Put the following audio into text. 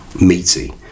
meaty